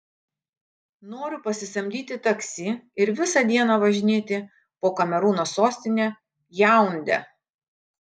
noriu pasisamdyti taksi ir visą dieną važinėti po kamerūno sostinę jaundę